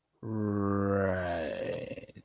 Right